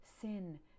sin